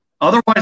Otherwise